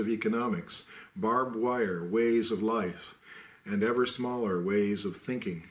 of economics barbed wire ways of life and ever smaller ways of thinking